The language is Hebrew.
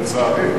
לצערי,